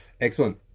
excellent